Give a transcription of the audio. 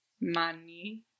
Money